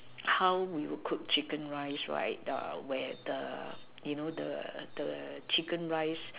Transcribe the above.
how would you cook chicken rice right the where the you know the the chicken rice